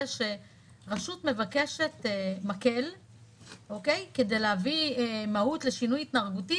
שרשות מבקשת מקל כדי להביא מהות לשינוי התנהגותי,